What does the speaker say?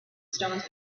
stones